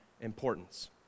importance